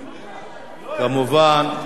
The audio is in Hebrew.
כמובן,